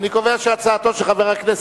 איזו אופוזיציה זאת?